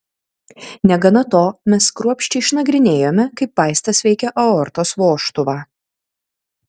negana to mes kruopščiai išnagrinėjome kaip vaistas veikia aortos vožtuvą